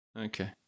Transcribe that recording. Okay